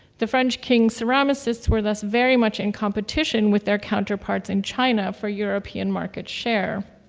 the french king's ceramicists were thus very much in competition with their counterparts in china for european market share.